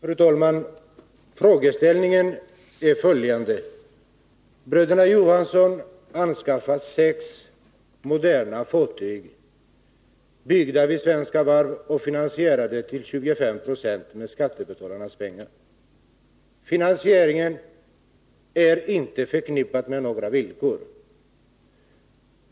Fru talman! Frågeställningen är följande: Bröderna Johansson anskaffar sex moderna fartyg, byggda vid svenska varv och finansierade till 25 96 med skattebetalarnas pengar. Finansieringen är inte förknippad med några villkor.